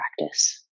practice